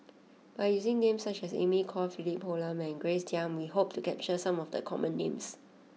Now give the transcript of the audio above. by using names such as Amy Khor Philip Hoalim Grace Young we hope to capture some of the common names